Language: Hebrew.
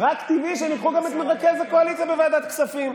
ורק טבעי שהם ייקחו גם את מרכז הקואליציה בוועדת כספים.